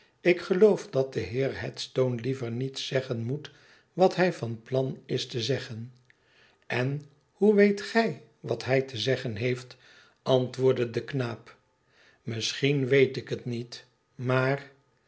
ik geloof dat de heer headstone liever niet zeggen moet wat hij van plan is te zeggen n hoe weet gij wat hij te zeggen heeft antwoordde de knaap misschien weet ik het niet maar